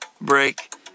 break